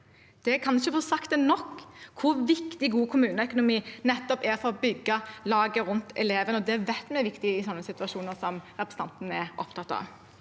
Jeg kan ikke få sagt nok hvor viktig god kommuneøkonomi er for å bygge laget rundt eleven, og det vet vi er viktig i sånne situasjoner som representanten er opptatt av.